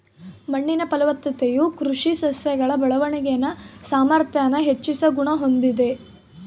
ಮಣ್ಣಿನ ಫಲವತ್ತತೆಯು ಕೃಷಿ ಸಸ್ಯಗಳ ಬೆಳವಣಿಗೆನ ಸಾಮಾರ್ಥ್ಯಾನ ಹೆಚ್ಚಿಸೋ ಗುಣ ಹೊಂದಿದೆ